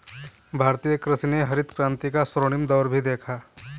भारतीय कृषि ने हरित क्रांति का स्वर्णिम दौर भी देखा